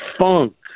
funk